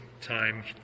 time